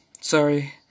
sorry